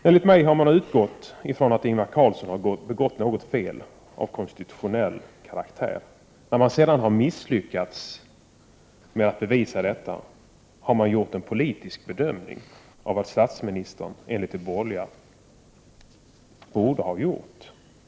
Enligt mig har man utgått ifrån att Ingvar Carlsson har begått något fel av konstitutionell karaktär. När man sedan har misslyckats med att bevisa detta, har man gjort en politisk bedömning av vad statsministern, enligt de borgerliga, borde ha gjort.